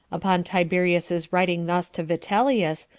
upon tiberius's writing thus to vitellius,